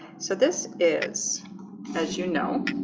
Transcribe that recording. so this is as you know